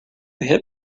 hit